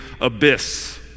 abyss